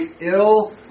ill